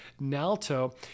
NALTO